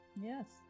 Yes